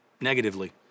negatively